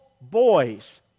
boys